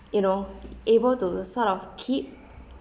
you know able to sort of keep